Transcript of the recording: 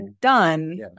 done –